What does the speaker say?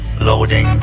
loading